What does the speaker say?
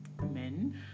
men